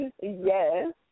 Yes